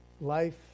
life